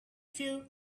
few